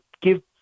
give